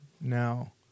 Now